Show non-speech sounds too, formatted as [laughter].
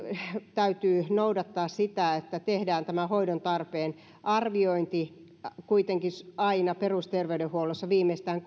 täytyy noudattaa sitä että tehdään tämä hoidon tarpeen arviointi kuitenkin aina perusterveydenhuollossa viimeistään [unintelligible]